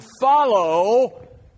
follow